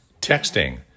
Texting